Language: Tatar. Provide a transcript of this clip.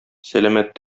сәламәт